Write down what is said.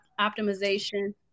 optimization